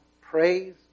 praise